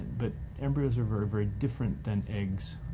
but embryos are very, very different than eggs.